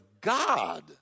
God